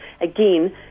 again